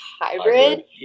hybrid